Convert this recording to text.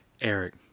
Eric